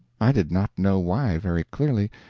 i did not know why very clearly,